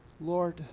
Lord